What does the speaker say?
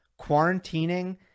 Quarantining